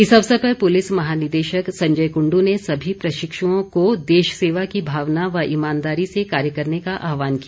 इस अवसर पर पुलिस महानिदेशक संजय कुंडु ने सभी प्रशिक्षुओं को देश सेवा की भावना व ईमानदारी से कार्य करने का आह्वान किया